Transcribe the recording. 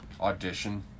audition